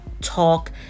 talk